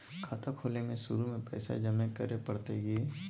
खाता खोले में शुरू में पैसो जमा करे पड़तई की?